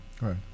Right